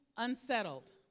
unsettled